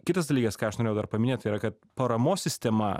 kitas dalykas ką aš norėjau dar paminėt tai yra kad paramos sistema